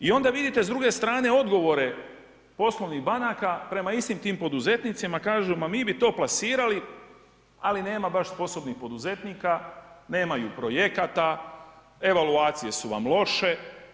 I onda vidite s druge strane odgovore poslovnih banaka prema istim tim poduzetnicima, kažemo pa mi bi to plasirali, ali nema baš sposobnih poduzetnika, nemaju projekata, evaluacije su vam loše.